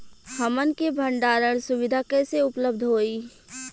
हमन के भंडारण सुविधा कइसे उपलब्ध होई?